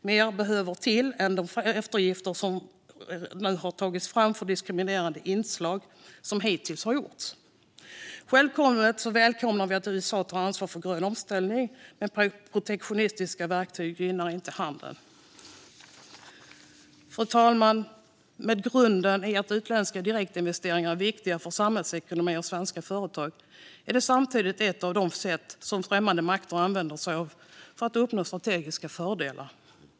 Mer behöver till än de eftergifter från diskriminerande inslag som hittills har gjorts. Självklart välkomnar vi att USA tar ansvar för grön omställning, men protektionistiska verktyg gynnar inte handeln. Fru talman! Med grund i att utländska direktinvesteringar är viktiga för samhällsekonomin och svenska företag är det samtidigt ett av de sätt som främmande makter använder sig av för att uppnå strategiska fördelar.